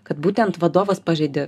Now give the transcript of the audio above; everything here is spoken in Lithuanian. kad būtent vadovas pažeidė